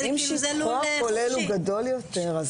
אבל אם שטחו הכולל גדול יותר,